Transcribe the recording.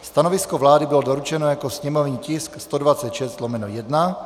Stanovisko vlády bylo doručeno jako sněmovní tisk 126/1.